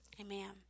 Amen